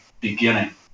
beginning